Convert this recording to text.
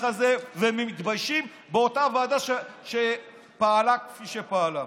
הזה ומתביישים באותה ועדה שפעלה כפי שפעלה.